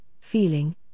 feeling